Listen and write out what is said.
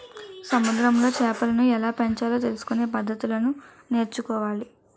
సముద్రములో చేపలను ఎలాపెంచాలో తెలుసుకొనే పద్దతులను నేర్చుకోవాలి